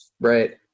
Right